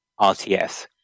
rts